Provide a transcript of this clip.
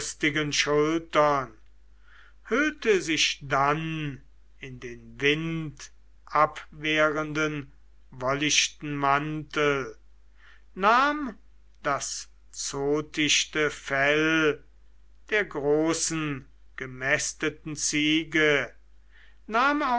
schultern hüllte sich dann in den windabwehrenden wollichten mantel nahm das zottichte fell der großen gemästeten ziege